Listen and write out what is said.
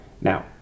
Now